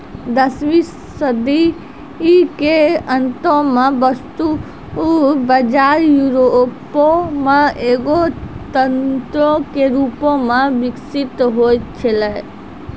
दसवीं सदी के अंतो मे वस्तु बजार यूरोपो मे एगो तंत्रो के रूपो मे विकसित होय छलै